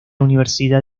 universidad